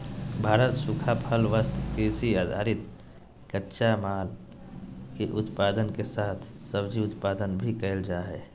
भारत सूखा फल, वस्त्र, कृषि आधारित कच्चा माल, के उत्पादन के साथ सब्जी उत्पादन भी कैल जा हई